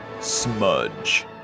Smudge